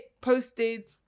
posted